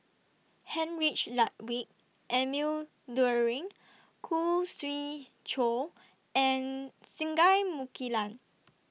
Heinrich Ludwig Emil Luering Khoo Swee Chiow and Singai Mukilan